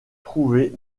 trouver